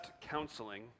counseling